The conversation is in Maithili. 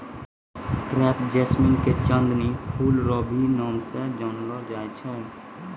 क्रेप जैस्मीन के चांदनी फूल रो भी नाम से जानलो जाय छै